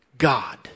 God